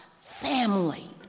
family